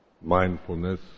mindfulness